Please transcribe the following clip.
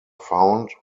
found